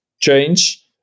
change